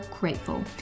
grateful